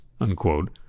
unquote